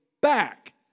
back